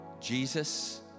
Jesus